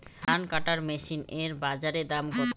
ধান কাটার মেশিন এর বাজারে দাম কতো?